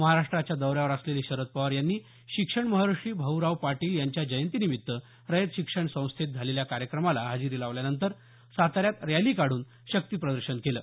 महाराष्ट्राच्या दौऱ्यावर असलेले शरद पवार यांनी शिक्षण महर्षी भाऊराव पाटील यांच्या जयंतीनिमित्त रयत शिक्षण संस्थेत झालेल्या कार्यक्रमाला हजेरी लावल्यानंतर साताऱ्यात रॅली काढून शक्तीप्रदर्शनं केलं